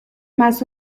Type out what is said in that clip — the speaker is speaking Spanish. más